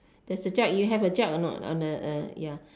there's a jug you have a jug or not on the uh ya